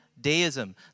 Deism